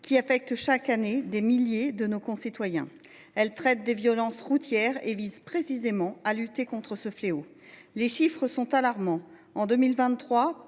qui affecte chaque année des milliers de nos concitoyens. Elle traite des violences routières et vise précisément à lutter contre ce fléau. Les chiffres sont alarmants. En 2023,